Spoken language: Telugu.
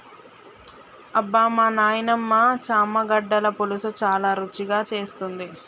అబ్బమా నాయినమ్మ చామగడ్డల పులుసు చాలా రుచిగా చేస్తుంది